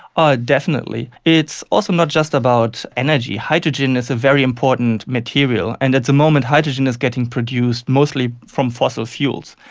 ah definitely. it's also not just about energy. hydrogen is a very important material, and at the moment hydrogen is getting produced mostly from fossil fuels.